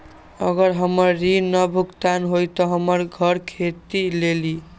अगर हमर ऋण न भुगतान हुई त हमर घर खेती लेली?